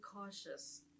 cautious